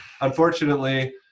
unfortunately